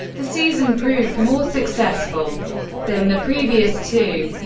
the season proved more successful than the previous two.